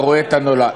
הרואה את הנולד.